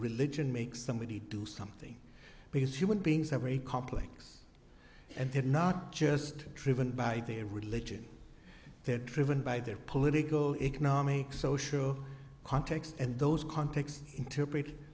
religion makes somebody do something because human beings are very complex and they're not just driven by their religion they're driven by their political ignagni social context and those contexts interpret